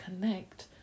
connect